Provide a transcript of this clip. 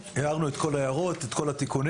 הערנו את כל ההערות ואת כל התיקונים.